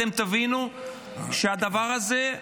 אתם תבינו שהדבר הזה,